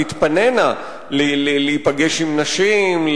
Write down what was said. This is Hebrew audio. תתפנינה להיפגש עם נשים,